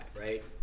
right